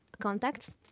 contacts